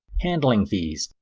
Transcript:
handling fees,